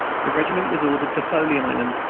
the regiment was ordered to folly island,